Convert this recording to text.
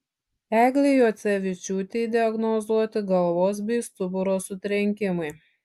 eglei juocevičiūtei diagnozuoti galvos bei stuburo sutrenkimai